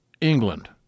England